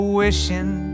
wishing